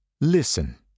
Listen